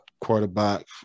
quarterback